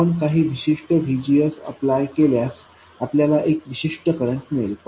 आपण काही विशिष्ट VGS अप्लाय केल्यास आपल्याला एक विशिष्ट करंट मिळेल